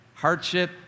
Hardship